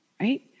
right